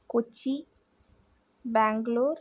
Kochi Bangalore